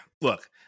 look